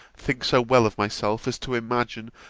think so well of myself, as to imagine,